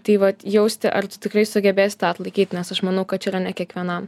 tai vat jausti ar tikrai sugebėsi tą atlaikyt nes aš manau kad čia yra ne kiekvienam